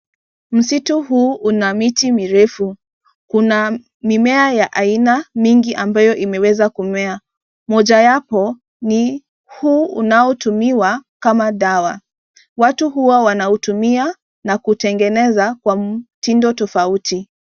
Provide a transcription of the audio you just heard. Msitu huu una miti mirefu, kuna mimea ya aina mingi ambayo imeweza kumea, mojawapo ni huu unaotumiwa kama dawa, watu huwa wanaitumia na kutengeneza kwa mtindo tofauti.